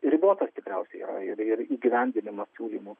ribotas tikriausiai yra ir ir įgyvendinimas siūlymų